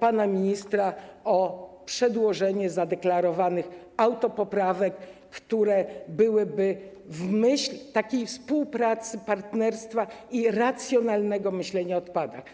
pana ministra o przedłożenie zadeklarowanych autopoprawek, które byłyby w myśl takiej współpracy, partnerstwa i racjonalnego myślenia o odpadach.